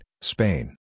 Spain